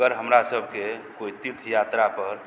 अगर हमरा सबके कोइ तीर्थ यात्रा पर